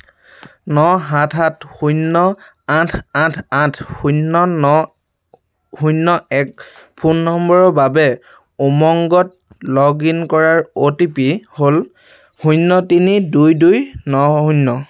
ন সাত সাত শূন্য় আঠ আঠ আঠ শূন্য় ন শূন্য় এক ফোন নম্বৰৰ বাবে উমংগত লগ ইন কৰাৰ অ'টিপি হ'ল শূন্য় তিনি দুই দুই ন শূন্য়